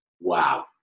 wow